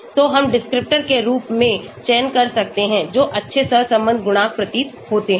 तो हमडिस्क्रिप्टर के रूप में चयन कर सकते हैं जो अच्छे सहसंबंध गुणांक प्रतीत होते हैं